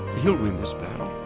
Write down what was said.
he'll win this battle